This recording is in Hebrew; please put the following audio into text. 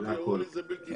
אני לא מקבל את זה.